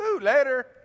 Later